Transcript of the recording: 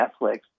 Netflix